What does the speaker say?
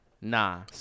Nah